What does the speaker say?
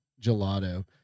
gelato